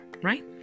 right